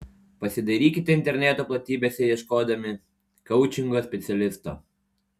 pasidairykite interneto platybėse ieškodami koučingo specialisto